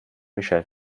michelle